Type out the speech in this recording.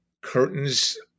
curtains